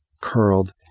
curled